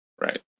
right